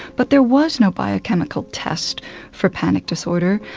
but there was no biochemical test for panic disorder,